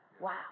Wow